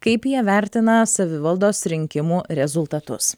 kaip jie vertina savivaldos rinkimų rezultatus